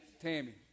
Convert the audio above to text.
Tammy